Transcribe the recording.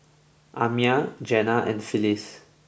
Amiah Jenna and Phyliss